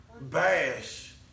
bash